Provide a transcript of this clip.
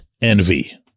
envy